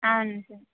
అవును